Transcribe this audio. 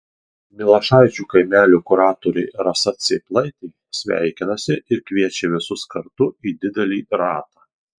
milašaičių kaimelio kuratorė rasa cėplaitė sveikinasi ir kviečia visus kartu į didelį ratą